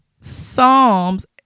Psalms